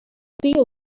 deal